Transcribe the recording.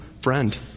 Friend